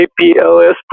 APLS